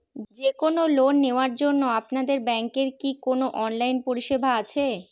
যে কোন লোন নেওয়ার জন্য আপনাদের ব্যাঙ্কের কি কোন অনলাইনে পরিষেবা আছে?